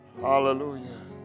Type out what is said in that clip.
Hallelujah